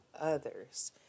others